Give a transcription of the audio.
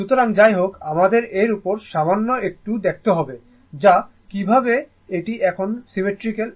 সুতরাং যাই হোক আমাদের এর উপর সামান্য একটু দেখতে হবে যে কিভাবে এটি এখন সিমেট্রিক্যাল এবং আনসিমেট্রিক্যাল